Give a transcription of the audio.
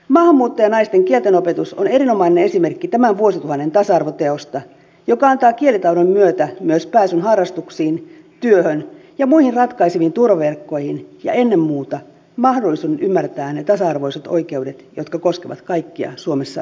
maahanmuuttajanaisten kieltenopetus on erinomainen esimerkki tämän vuosituhannen tasa arvoteosta joka antaa kielitaidon myötä myös pääsyn harrastuksiin työhön ja muihin ratkaiseviin turvaverkkoihin ja ennen muuta mahdollisuuden ymmärtää ne tasa arvoiset oikeudet jotka koskevat kaikkia suomessa asuvia